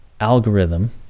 algorithm